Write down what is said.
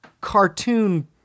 cartoon